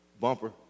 bumper